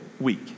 week